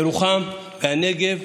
ירוחם, הנגב.